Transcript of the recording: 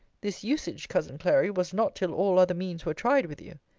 this usage, cousin clary, was not till all other means were tried with you.